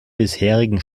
bisherigen